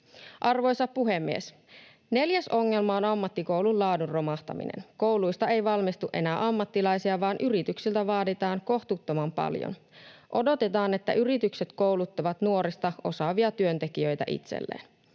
Arvoisa puhemies! Neljäs ongelma on ammattikoulun laadun romahtaminen. Kouluista ei valmistu enää ammattilaisia, vaan yrityksiltä vaaditaan kohtuuttoman paljon. Odotetaan, että yritykset kouluttavat nuorista osaavia työntekijöitä itselleen.